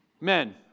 Men